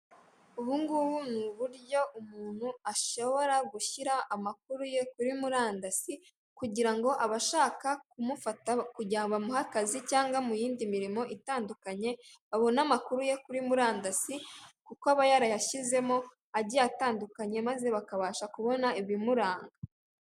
Ubungubu ni uburyo umuntu ashobora gushyira amakuru ye kuri murandasi; kugira ngo abashaka kumufata kugira bamuhe akazi cyangwa mu yindi mirimo itandukanye babone amakuru ye kuri murandasi; kuko aba yarayashyizemo agiye atandukanye maze bakabasha kubona ibimuranga.